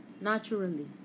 naturally